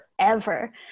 forever